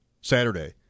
Saturday